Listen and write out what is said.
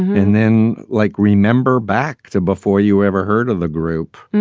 and then like, remember back to before you ever heard of the group.